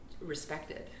respected